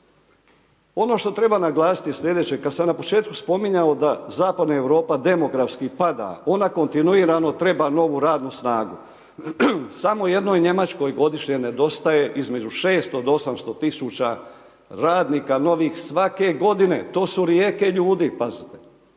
Ono što trebam naglasiti sljedeće, kada sam na početku spominjao, da zakoni Europa, demografski pada, ona kontinuirano treba novu radnu snagu. Samo u jednoj Njemačkoj godišnje nedostaje između 600-800 tisuća radnika, novih svake g. To su rijeke ljudi, pazite.